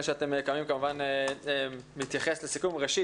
לעוזר השר.